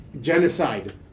genocide